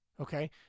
Okay